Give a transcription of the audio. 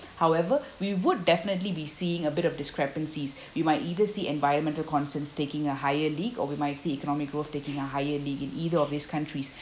however we would definitely be seeing a bit of discrepancies you might either see environmental concerns taking a higher lead or we might see economic growth taking a higher lead in either of these countries